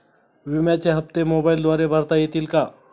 विम्याचे हप्ते मोबाइलद्वारे भरता येतील का?